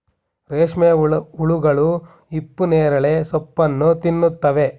ರೇಷ್ಮೆ ಹುಳುಗಳು ಹಿಪ್ಪನೇರಳೆ ಸೋಪ್ಪನ್ನು ತಿನ್ನುತ್ತವೆ